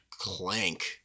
clank